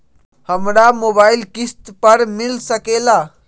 हमरा मोबाइल किस्त पर मिल सकेला?